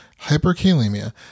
hyperkalemia